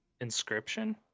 Inscription